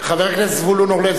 חבר הכנסת זבולון אורלב,